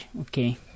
Okay